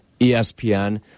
ESPN